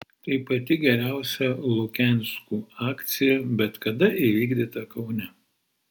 tai pati geriausia lukianskų akcija bet kada įvykdyta kaune